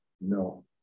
No